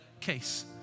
case